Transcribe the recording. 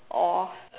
or